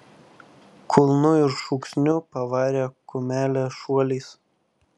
kulnu ir šūksniu pavarė kumelę šuoliais